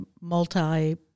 multi-